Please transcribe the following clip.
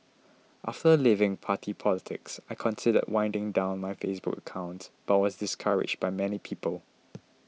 after leaving party politics I considered winding down my Facebook accounts but was discouraged by many people